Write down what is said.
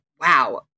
wow